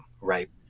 right